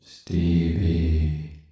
Stevie